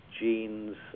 genes